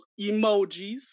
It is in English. emojis